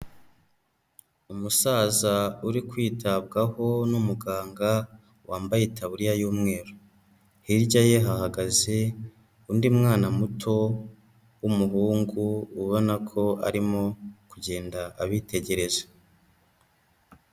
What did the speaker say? Umusaza uri kwitabwaho n'umuganga wambaye itaburiya y'umweru. Hirya ye hahagaze undi mwana muto w'umuhungu ubona ko arimo kugenda abitegereje.